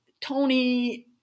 Tony